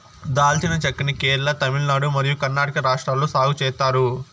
దాల్చిన చెక్క ని కేరళ, తమిళనాడు మరియు కర్ణాటక రాష్ట్రాలలో సాగు చేత్తారు